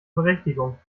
berechtigung